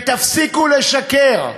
ותפסיקו לשקר.